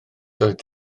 doedd